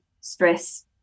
stress